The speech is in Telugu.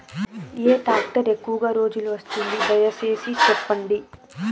ఏ టాక్టర్ ఎక్కువగా రోజులు వస్తుంది, దయసేసి చెప్పండి?